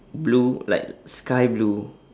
blue like sky blue